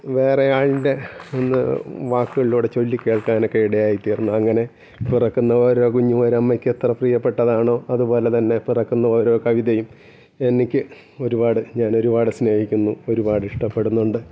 വേറെ ആളിൻ്റെ ഒന്ന് വാക്കുകളിലൂടെ ചൊല്ലി കേൾക്കാനൊക്കെ ഇടയായിത്തീർന്ന് അങ്ങനെ പിറക്കുന്ന ഓരോ കുഞ്ഞുമൊരമ്മയ്ക്കെത്ര പ്രിയപ്പെട്ടതാണോ അതുപോലെ തന്നെ പിറക്കുന്ന ഓരോ കവിതയും എനിക്ക് ഒരുപാട് ഞാനൊരുപാട് സ്നേഹിക്കുന്നു ഒരുപാട് ഇഷ്ടപ്പെടുന്നുണ്ട്